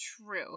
True